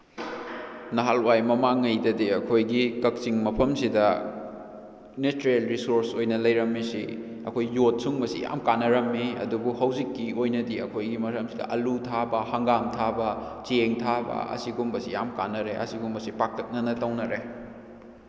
ꯅꯍꯥꯜꯋꯥꯏ ꯃꯃꯥꯡꯉꯩꯗꯗꯤ ꯑꯩꯈꯣꯏꯒꯤ ꯀꯛꯆꯤꯡ ꯃꯐꯝꯁꯤꯗ ꯅꯦꯆꯔꯦꯜ ꯔꯤꯁꯣꯔꯁ ꯑꯣꯏꯅ ꯂꯩꯔꯝꯃꯤꯁꯤ ꯑꯩꯈꯣꯏ ꯌꯣꯠ ꯁꯨꯡꯕꯁꯤ ꯌꯥꯝ ꯀꯥꯟꯅꯔꯝꯃꯤ ꯑꯗꯨꯕꯨ ꯍꯧꯖꯤꯛꯀꯤ ꯑꯣꯏꯅꯗꯤ ꯑꯩꯈꯣꯏꯒꯤ ꯃꯔꯝꯁꯤꯗ ꯑꯥꯜꯂꯨ ꯊꯥꯕ ꯍꯪꯒꯥꯝ ꯊꯥꯕ ꯆꯦꯡ ꯊꯥꯕ ꯑꯁꯤꯒꯨꯝꯕꯁꯤ ꯌꯥꯝ ꯀꯥꯟꯅꯔꯦ ꯑꯁꯤꯒꯨꯝꯕꯁꯤ ꯄꯥꯛꯇꯛꯅꯅ ꯇꯧꯅꯔꯦ